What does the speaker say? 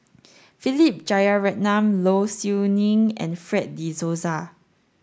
Philip Jeyaretnam Low Siew Nghee and Fred de Souza